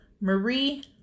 Marie